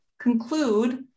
conclude